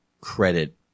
credit